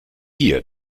hier